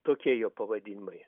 tokie jo pavadinimai